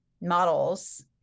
models